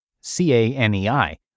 C-A-N-E-I